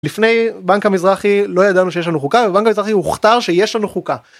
לפני בנק המזרחי לא ידענו שיש לנו חוקה ובנק המזרחי הוכתר שיש לנו חוקה.